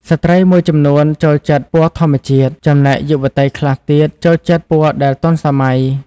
ស្ត្រីមួយចំនួនចូលចិត្តពណ៌ធម្មជាតិ ចំណែកយុវតីខ្លះទៀតចូលចិត្តពណ៌ដែលទាន់សម័យ។